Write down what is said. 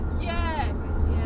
Yes